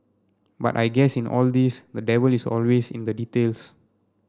but I guess in all this the devil is always in the details